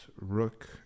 Rook